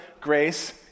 grace